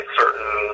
certain